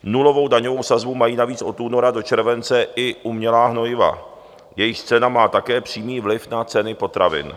Nulovou daňovou sazbu mají navíc od února do července i umělá hnojiva, jejichž cena má také přímý vliv na ceny potravin.